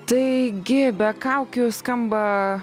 taigi be kaukių skamba